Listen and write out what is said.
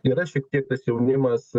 yra šiek tiek tas jaunimas